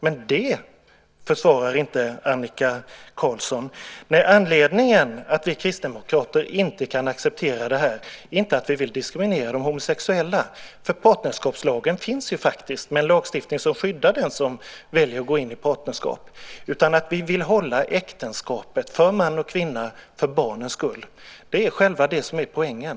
Men det försvarar inte Annika Qarlsson. Nej, anledningen till att vi kristdemokrater inte kan acceptera det här är inte att vi vill diskriminera de homosexuella. Partnerskapslagen finns ju faktiskt med en lagstiftning som skyddar den som väljer att gå in i partnerskap. Vi vill hålla äktenskapet för man och kvinna, för barnens skull. Det är det som är själva poängen.